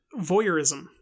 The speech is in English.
voyeurism